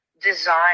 design